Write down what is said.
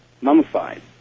mummified